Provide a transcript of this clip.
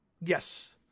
Yes